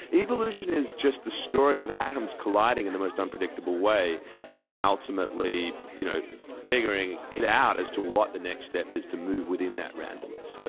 evolution is just the story of atoms colliding in the most unpredictable way and then ultimately you know figuring it out as to what the next step is to move within that randomness. so